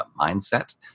mindset